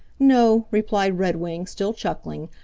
no, replied redwing, still chuckling.